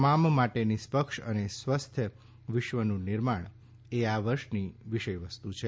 તમામ માટે નિષ્પક્ષ અને સ્વસ્થ વિશ્વનું નિર્માણ એ આ વર્ષની વિષય વસ્તુ છે